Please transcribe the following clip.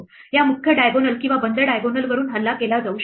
या मुख्य diagonal किंवा बंद diagonal वरून हल्ला केला जाऊ शकतो